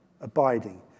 abiding